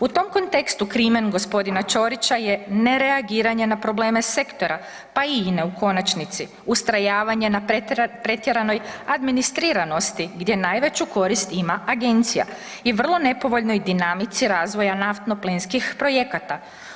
U tom kontekstu krimen gospodina Ćorića je nereagiranje na probleme sektora pa i INE u konačnici, ustrajavanje na pretjeranoj administriranosti gdje najveću korist ima agencija i vrlo nepovoljnoj dinamici razvoja naftno plinskih projekata.